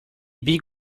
big